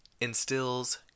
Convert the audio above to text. instills